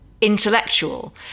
intellectual